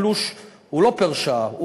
התלוש הוא לא פר-שעה,